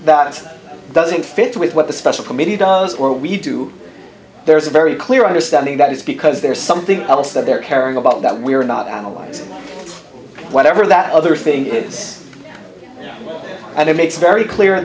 that doesn't fit with what the special committee does or we do there's a very clear understanding that it's because there's something else that they're caring about that we are not analyzing whatever that other thing is and it makes very clear